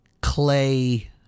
clay